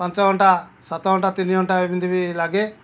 ପାଞ୍ଚ ଘଣ୍ଟା ସାତ ଘଣ୍ଟା ତିନି ଘଣ୍ଟା ଏମିତି ବି ଲାଗେ